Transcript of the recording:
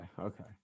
Okay